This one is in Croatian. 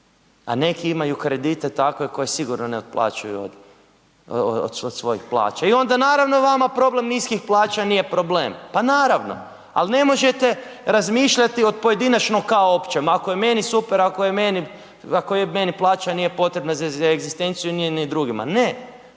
a neki imaju kredite takve koje sigurno ne otplaćuju od svojoj plaća. I onda naravno vama problem niskih plaća nije problem. Pa naravno, al ne možete razmišljati od pojedinačno kao općem, ako je meni super, ako je meni, ako je meni plaća nije potreba za egzistenciju nije ni drugima. Ne,